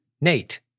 Nate